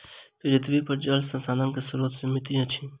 पृथ्वीपर जल संसाधनक स्रोत सीमित अछि